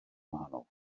wahanol